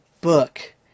book